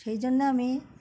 সেই জন্যে আমি